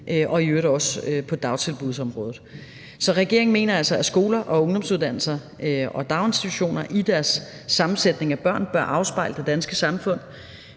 og i øvrigt også på dagtilbudsområdet. Så regeringen mener altså, at skoler og ungdomsuddannelser og daginstitutioner i deres sammensætning af børn bør afspejle det danske samfund,